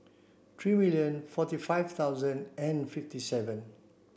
three million forty five thousand and fifty seven